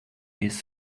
his